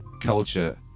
culture